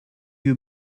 you